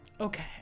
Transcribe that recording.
okay